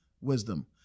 wisdom